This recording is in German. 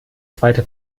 zweite